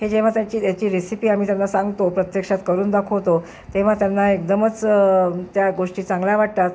हे जेव्हा त्याची याची रेसिपी आम्ही त्यांना सांगतो प्रत्यक्षात करून दाखवतो तेव्हा त्यांना एकदमच त्या गोष्टी चांगल्या वाटतात